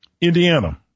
Indiana